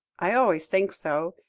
i always think so.